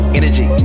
energy